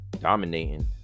dominating